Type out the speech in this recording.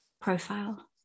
profile